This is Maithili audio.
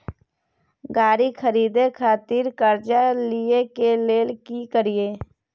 गाड़ी खरीदे खातिर कर्जा लिए के लेल की करिए?